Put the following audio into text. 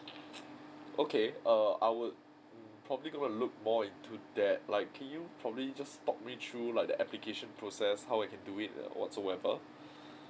okay err I would probably gonna look more into that like can you probably just talk me through like the application process how I can do it whatsoever